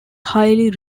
highly